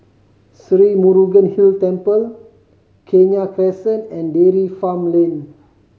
Sri Murugan Hill Temple Kenya Crescent and Dairy Farm Lane